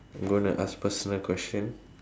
I'm gonna ask personal question